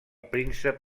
príncep